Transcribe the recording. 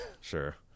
Sure